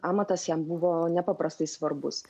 amatas jam buvo nepaprastai svarbus